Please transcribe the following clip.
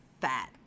fat